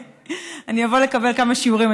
אני אבוא לקבל כמה שיעורים,